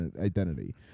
identity